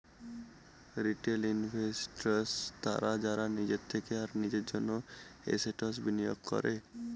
retail investors তারা যারা নিজের থেকে আর নিজের জন্য এসেটস বিনিয়োগ করে